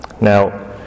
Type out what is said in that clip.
Now